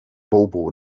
bobo